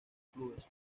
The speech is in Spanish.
clubes